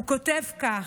הוא כותב כך: